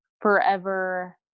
forever